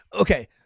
okay